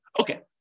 Okay